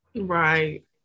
Right